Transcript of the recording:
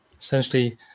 essentially